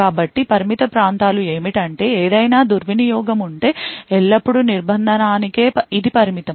కాబట్టి పరిమిత ప్రాంతాలు ఏమిటంటే ఏదైనా దుర్వినియోగం ఉంటె ఎల్లప్పుడూ నిర్బంధానికె ఇది పరిమితం